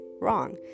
wrong